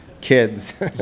kids